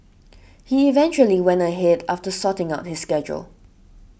he eventually went ahead after sorting out his schedule